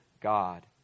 God